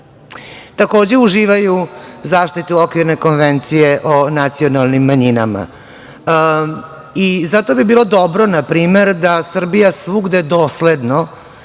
takođe uživaju zaštitu Okvirne konvencije o nacionalnim manjinama. Zato bi bilo dobro, na primer, da Srbija svugde dosledno